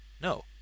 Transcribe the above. no